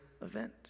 event